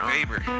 Neighbor